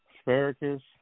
asparagus